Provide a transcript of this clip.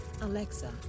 Alexa